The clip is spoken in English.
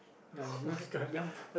ya must ya